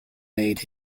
made